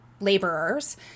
laborers